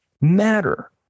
matter